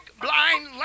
blind